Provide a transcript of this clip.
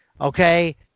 okay